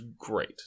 great